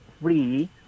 free